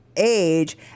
age